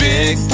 Big